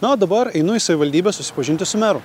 na o dabar einu į savivaldybę susipažinti su meru